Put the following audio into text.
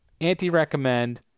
anti-recommend